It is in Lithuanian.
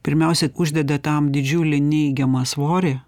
pirmiausia uždeda tam didžiulį neigiamą svorį